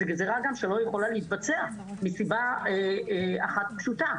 זו גם גזרה שלא יכולה להתבצע מסיבה אחת פשוטה,